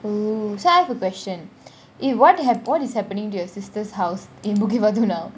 oh so I have a question if what hap~ what is happening to your sister's house in bukit batok now